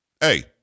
Hey